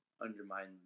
undermine